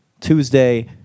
tuesday